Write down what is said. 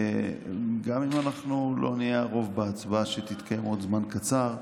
גם אם אנחנו לא נהיה הרוב בהצבעה שתתקיים בעוד זמן קצר,